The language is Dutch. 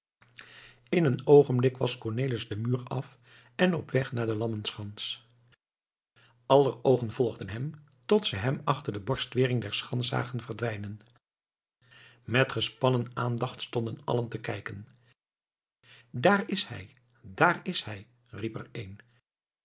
in een oogenblik was cornelis den muur af en op weg naar de lammenschans aller oogen volgden hem tot ze hem achter de borstwering der schans zagen verdwijnen met gespannen aandacht stonden allen te kijken daar is hij daar is hij